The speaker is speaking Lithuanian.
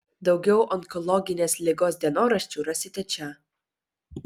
daugiau onkologinės ligos dienoraščių rasite čia